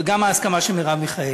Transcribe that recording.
וגם ההסכמה של מרב מיכאלי.